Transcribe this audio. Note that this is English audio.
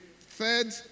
third